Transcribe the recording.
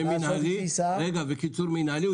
וקיצור מינהלי.